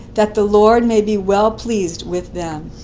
that the lord may be well pleased with them.